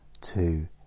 Two